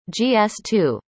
GS2